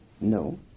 no